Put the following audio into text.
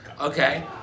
Okay